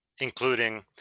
including